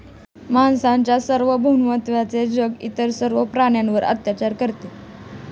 माणसाच्या सार्वभौमत्वाचे जग इतर सर्व प्राण्यांवर अत्याचार करते